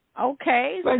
Okay